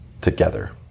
together